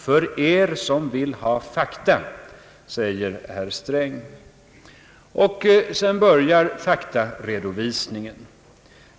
»För er som vill ha fakta», säger herr Sträng. Sedan börjar faktaredovisningen.